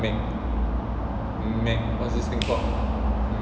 make make what's this thing called